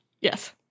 Yes